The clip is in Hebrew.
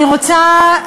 אני רוצה,